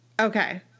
Okay